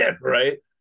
Right